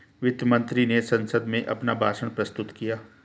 वित्त मंत्री ने संसद में अपना भाषण प्रस्तुत किया